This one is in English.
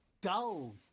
dull